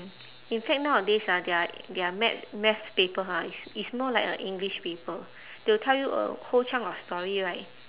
in fact nowadays ah their their math math paper ha it's it's more like a english paper they will tell you a whole chunk of story right